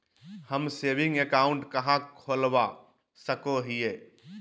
हम saving account कहाँ खोलवा सको हियै?